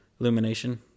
illumination